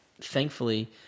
thankfully